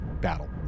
battle